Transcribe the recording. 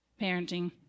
parenting